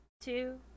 two